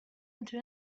into